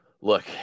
look